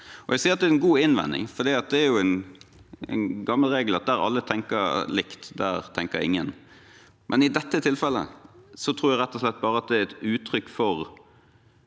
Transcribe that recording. Jeg sier at det er en god innvending, for det er en gammel regel at der alle tenker likt, der tenker ingen. I dette tilfellet tror jeg rett og slett bare at det er et uttrykk for